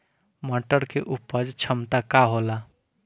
मटर के उपज क्षमता का होला?